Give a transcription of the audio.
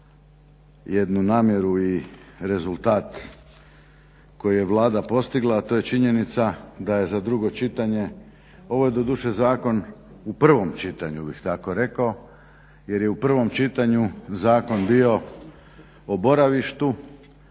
jednu namjeru i rezultat koji je Vlada postigla, a to je činjenica da je za drugo čitanje, ovo je doduše zakon u prvom čitanju bih tako rekao jer je u prvom čitanju zakon bio o boravištu